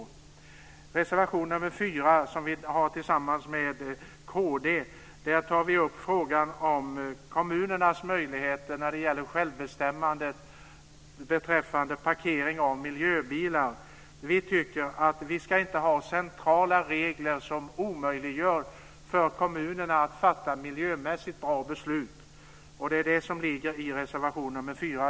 I reservation 4, som vi har lagt fram tillsammans med kd, tar vi upp frågan om kommunernas möjligheter när det gäller självbestämmande beträffande parkering av miljöbilar. Vi tycker inte att vi ska ha centrala regler som omöjliggör för kommunerna att fatta miljömässigt bra beslut. Det är det som ligger i reservation 4.